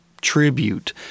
tribute